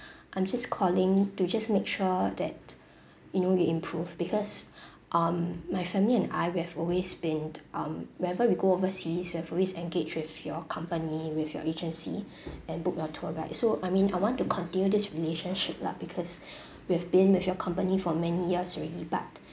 I'm just calling to just make sure that you know you improve because um my family and I we have always been um whenever we go overseas we have always engaged with your company with your agency and book your tour guide so I mean I want to continue this relationship lah because we have been with your company for many years already but